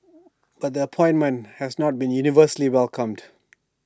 but the appointment has not been universally welcomed